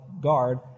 guard